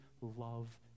love